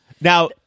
Now